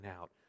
out